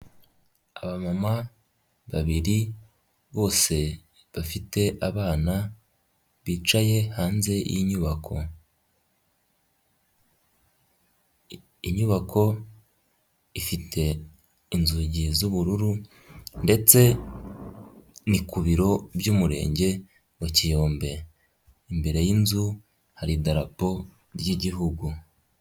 Abamama babiri bose bafite abana bicaye hanze y'inyubako, inyubako ifite inzugi z'ubururu ndetse ni ku biro by'Umurenge wa Kiyombe, imbere y'inzu hari idarapo ry'Ihugu.